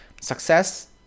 success